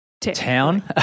town